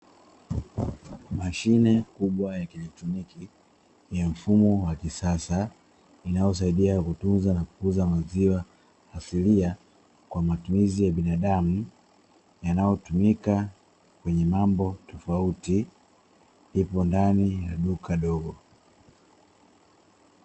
Mashine kubwa ya kieletroniki ya mfumo wa kisasa inayosaidia kutunza na kuuza maziwa asilia, kwa matumizi ya binadamu yanayotumika kwenye mambo tofauti ipo ndani ya duka dogo.